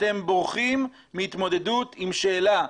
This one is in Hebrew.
אתם בורחים מהתמודדות עם שאלה.